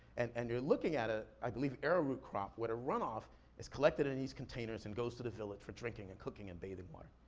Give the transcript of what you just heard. and and you're looking at a, i believe, arrow root crop where the runoff is collected in these containers and goes to the village for drinking and cooking and bathing water.